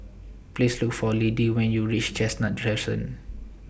Please Look For Liddie when YOU REACH Chestnut Crescent